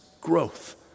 growth